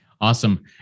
Awesome